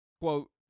quote